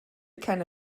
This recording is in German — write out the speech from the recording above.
keine